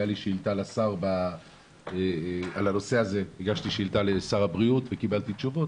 הגשתי לשר הבריאות שאילתה בנושא הזה וקיבלתי תשובות.